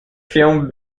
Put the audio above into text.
film